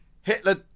Hitler